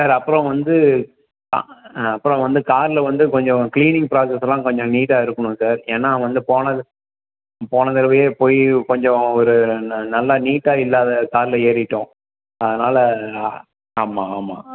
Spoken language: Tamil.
சார் அப்புறம் வந்து அ அப்புறம் வந்து காரில் வந்து கொஞ்சம் கிளீனிங் பிராஸெலாம் கொஞ்சம் நீட்டாக இருக்கணும் சார் ஏன்னால் வந்து போன போன தடவையே போய் கொஞ்சம் ஒரு நல்லா நீட்டாக இல்லாத காரில் ஏறிவிட்டோம் அதனால் ஆமாம் ஆமாம்